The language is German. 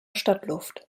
stadtluft